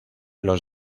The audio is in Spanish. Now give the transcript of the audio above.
los